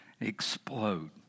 explode